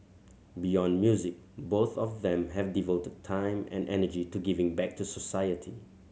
beyond music both of them have devoted time and energy to giving back to society